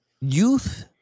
Youth